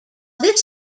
this